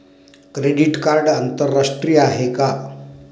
Credit card आंतरराष्ट्रीय आहे का?